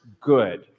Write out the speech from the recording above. good